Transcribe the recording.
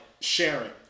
sharing